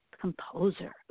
composer